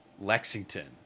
lexington